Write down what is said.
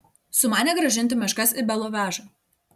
sumanė grąžinti meškas į belovežą